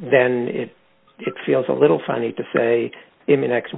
then it feels a little funny to say in the next